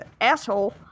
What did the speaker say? asshole